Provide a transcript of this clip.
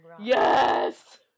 Yes